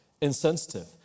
insensitive